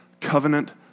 covenant